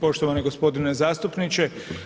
Poštovani g. zastupniče.